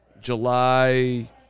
July